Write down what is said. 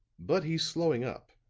but he's slowing up.